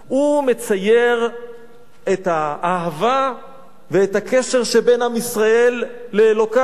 מצייר את האהבה ואת הקשר שבין עם ישראל לאלוקיו,